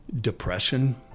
depression